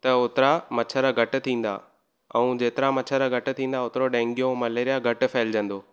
त ओतिरा मछर घटि थींदा ऐं जेतिरा मछर घटि थींदा ओतिरो डैंगियूं ऐं मलेरिया घटि फहिलिजंदो